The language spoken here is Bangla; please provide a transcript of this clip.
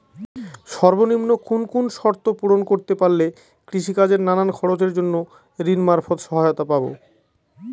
সর্বনিম্ন কোন কোন শর্ত পূরণ করতে পারলে কৃষিকাজের নানান খরচের জন্য ঋণ মারফত সহায়তা পাব?